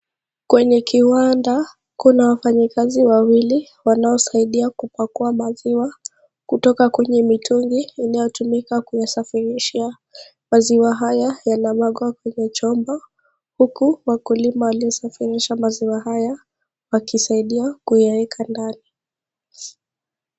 Kwenye kiwanda, kuna wafanyikazi wawili, wanaosaidia kupakua maziwa kutoka kwenye mitungi inayotumika kuyasafirisha. Maziwa haya, yanamwagwa kwenye chombo, huku wakulima wakisafirisha maziwa haya, wakisaidia kuyaweka ndani.